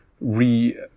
re